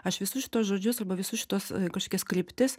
aš visus šituos žodžius arba visus šituos kažkokias kryptis